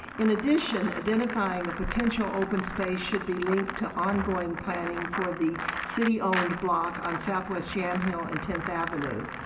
in addition, identifying a potential open space should be linked to ongoing planning for the city owned owned block on southwest yamhill and tenth avenue.